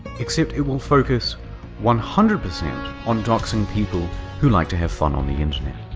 except it will focus one hundred percent on doxxing people who like to have fun on the internet.